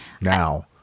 now